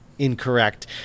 incorrect